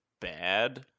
bad